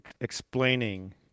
explaining